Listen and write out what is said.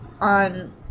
on